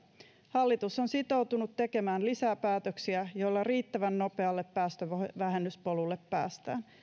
hallitus on sitoutunut tekemään lisää päätöksiä joilla riittävän nopealle päästövähennyspolulle päästään